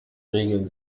regeln